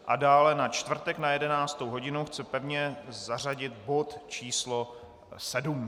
A dále na čtvrtek na 11. hodinu chce pevně zařadit bod číslo 7.